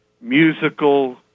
musical